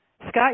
Scott